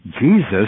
Jesus